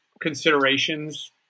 considerations